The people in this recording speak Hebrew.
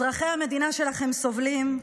אזרחי המדינה שלכם סובלים,